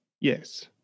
Yes